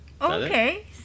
Okay